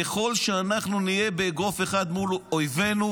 ככל שאנחנו נהיה באגרוף אחד מול אויבינו,